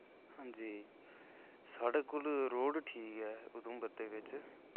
हां जी साढ़े कोल रोड़ ठीक ऐ उधमपुर दे बिच